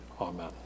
Amen